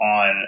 on